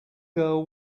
girl